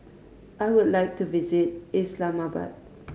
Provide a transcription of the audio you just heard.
I would like to visit Islamabad